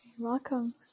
Welcome